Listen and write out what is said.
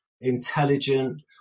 intelligent